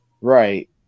Right